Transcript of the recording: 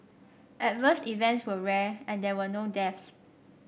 adverse events were rare and there were no deaths